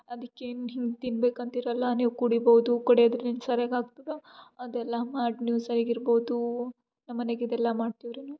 ಅದಿಕೇನ್ ಹಿಂಗೆ ತಿನ್ಬೇಕಂತಿರಲ್ಲ ನೀವು ಕುಡಿಬೌದು ಕುಡಿಯೋದ್ರಿಂದ್ ಸರ್ಯಾಗಿ ಆಗ್ತದೆ ಅದೆಲ್ಲ ಮಾಡಿ ನೀವು ಸರಿಯಾಗಿರ್ಬೌದು ನಮ್ಮಮನೆಗ್ ಇದೆಲ್ಲ ಮಾಡ್ತೀವ್ರಿ ನಾವು